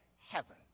Heaven